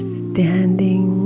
standing